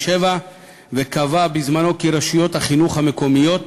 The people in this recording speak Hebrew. וקבע בזמנו כי רשויות החינוך המקומיות